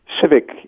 civic